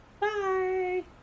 Bye